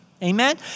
Amen